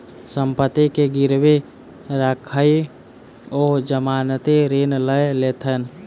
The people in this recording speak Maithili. सम्पत्ति के गिरवी राइख ओ जमानती ऋण लय लेलैथ